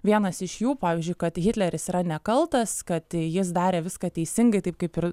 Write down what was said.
vienas iš jų pavyzdžiui kad hitleris yra nekaltas kad jis darė viską teisingai taip kaip ir